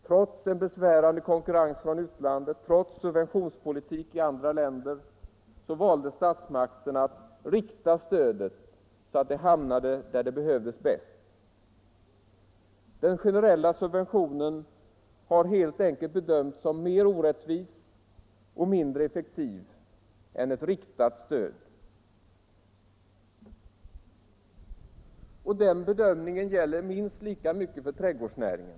Trots en besvärande konkurrens från utlandet, trots subventionspolitik i andra länder, valde statsmakterna — Nr 87 att rikta stöder så att det hamnade där det behövdes bäst. Den generella Torsdagen den subventionen har helt enkelt bedömts som mer orättvis och mindre ef 22 maj 1975 fektiv än ett riktat stöd. sas Den bedömningen gäller i minst lika hög grad för trädgårdsnäringen.